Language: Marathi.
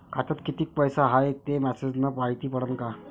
खात्यात किती पैसा हाय ते मेसेज न मायती पडन का?